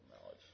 knowledge